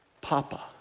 Papa